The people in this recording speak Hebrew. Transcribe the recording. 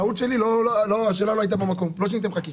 לגבי השאלה למה לא לבצע בום אחד גדול,